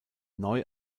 neu